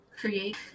Create